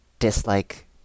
Dislike